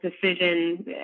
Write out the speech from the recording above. decision